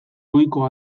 goiko